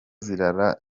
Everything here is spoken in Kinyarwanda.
zirara